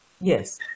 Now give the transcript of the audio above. Yes